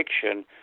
fiction